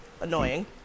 Annoying